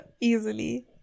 Easily